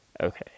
Okay